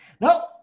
no